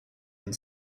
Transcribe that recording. and